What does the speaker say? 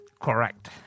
Correct